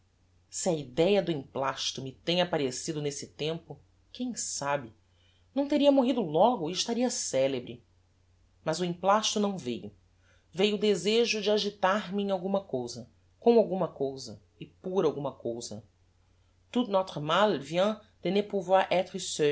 a idéa do emplasto me tem apparecido nesse tempo quem sabe não teria morrido logo e estaria celebre mas o emplasto não veiu veiu o desejo de agitar me em alguma cousa com alguma cousa e por alguma cousa tout